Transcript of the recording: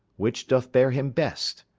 which doth beare him best,